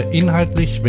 inhaltlich